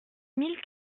mille